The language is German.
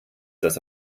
das